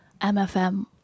MFM